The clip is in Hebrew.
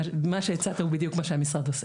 מה שהצעת הוא בדיוק מה שהמשרד עושה.